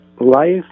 life